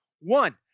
One